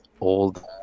old